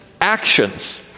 Actions